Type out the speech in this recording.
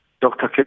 Dr